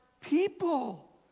people